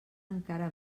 encara